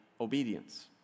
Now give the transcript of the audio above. obedience